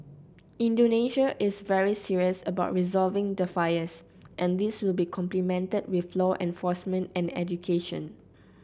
Indonesia is very serious about resolving the fires and this will be complemented with law enforcement and education